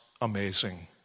amazing